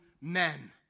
men